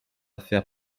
faire